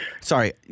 Sorry